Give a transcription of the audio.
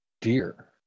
dear